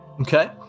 okay